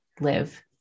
live